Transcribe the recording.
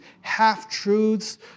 half-truths